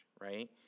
right